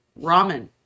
ramen